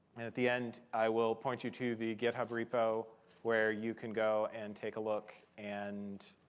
at the end, i will point you to the github repo where you can go and take a look, and